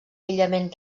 aïllament